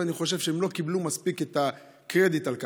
ואני חושב שהם לא קיבלו מספיק את הקרדיט על כך.